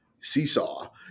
seesaw